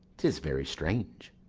tis very strange.